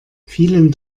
vielen